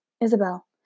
Isabel